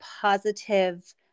positive